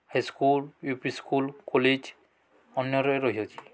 high school U P school college ଅନ୍ୟରେ ରହିଅଛି